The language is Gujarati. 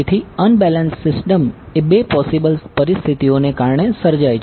તેથી અનબેલેન્સ્ડ સિસ્ટમ એ બે પોસીબલ પરિસ્થિતિઓને કારણે સર્જાય છે